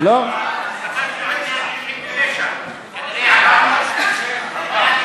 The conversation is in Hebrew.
לא, ביקשנו על 199. כנראה עברנו את זה.